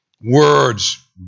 words